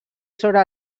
sobre